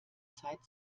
zeit